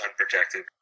unprotected